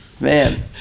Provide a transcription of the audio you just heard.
Man